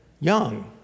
young